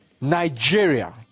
Nigeria